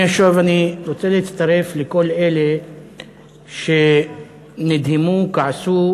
היושב-ראש, אני רוצה להצטרף לכל אלה שנדהמו, כעסו